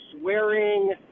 swearing